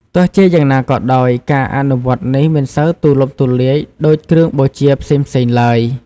ទោះជាយ៉ាងណាក៏ដោយ ការអនុវត្តនេះមិនសូវទូលំទូលាយដូចគ្រឿងបូជាផ្សេងៗឡើយ។